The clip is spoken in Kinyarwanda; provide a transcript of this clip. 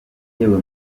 yewe